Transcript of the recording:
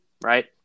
right